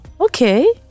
Okay